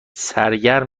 سردرگم